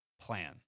plan